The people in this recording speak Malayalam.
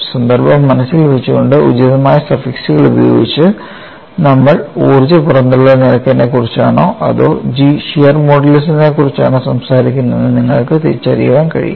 സന്ദർഭം മനസ്സിൽ വെച്ചുകൊണ്ട് ഉചിതമായ സഫിക്സുകളുപയോഗിച്ച് നമ്മൾ ഊർജ്ജ പുറന്തള്ളൽ നിരക്കിനെക്കുറിച്ചാണോ അതോ G ഷിയർ മോഡുലസിനെക്കുറിച്ചാണോ സംസാരിക്കുന്നത് എന്ന് നിങ്ങൾക്ക് തിരിച്ചറിയാൻ കഴിയും